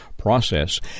Process